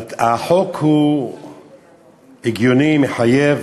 החוק הגיוני, מתחייב,